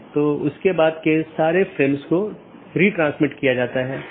एक अन्य अवधारणा है जिसे BGP कंफेडेरशन कहा जाता है